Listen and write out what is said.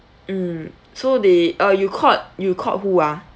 mm so they uh you called you called who ah